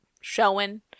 showing